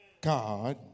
God